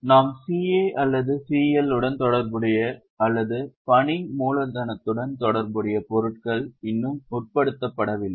நாம் CA அல்லது CL உடன் தொடர்புடைய அல்லது பணி மூலதனத்துடன் தொடர்புடைய பொருட்கள் இன்னும் உட்படுத்தப்படவில்லை